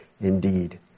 indeed